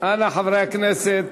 באמת על החיבוקים בכנסת,